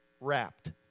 wrapped